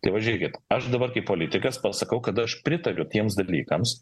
tai va žiūrėkit aš dabar kaip politikas pasakau kad aš pritariu tiems dalykams